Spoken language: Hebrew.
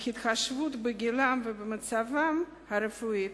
בהתחשב בגילם ובמצבם הרפואי,